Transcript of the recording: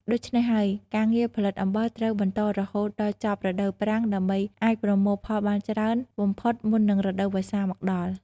ដូច្នោះហើយ ការងារផលិតអំបិលត្រូវបន្តរហូតដល់ចប់រដូវប្រាំងដើម្បីអាចប្រមូលផលបានច្រើនបំផុតមុននឹងរដូវវស្សាមកដល់។